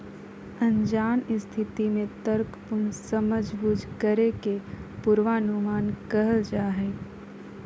अनजान स्थिति में तर्कपूर्ण समझबूझ करे के पूर्वानुमान कहल जा हइ